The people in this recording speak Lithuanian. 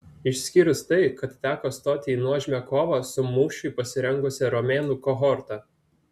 išskyrus tai kad teko stoti į nuožmią kovą su mūšiui pasirengusia romėnų kohorta